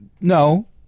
No